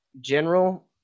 General